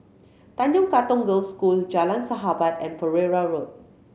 Tanjong Katong Girls' School Jalan Sahabat and Pereira Road